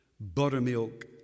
buttermilk